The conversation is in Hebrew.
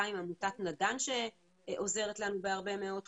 גם עם עמותת נדן שעוזרת לנו בהרבה מאוד תחומים.